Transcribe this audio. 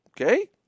Okay